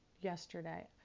yesterday